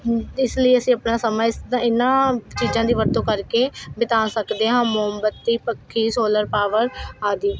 ਇਸ ਲਈ ਅਸੀਂ ਆਪਣਾ ਸਮਾਂ ਇਨ੍ਹਾਂ ਚੀਜ਼ਾਂ ਦੀ ਵਰਤੋਂ ਕਰਕੇ ਬਿਤਾ ਸਕਦੇ ਹਾਂ ਮੋਮਬੱਤੀ ਪੱਖੀ ਸੋਲਰ ਪਾਵਰ ਆਦਿ